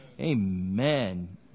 Amen